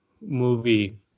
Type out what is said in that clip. movie